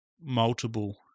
multiple